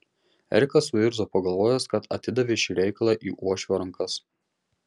erikas suirzo pagalvojęs kad atidavė šį reikalą į uošvio rankas